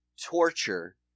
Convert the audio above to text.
torture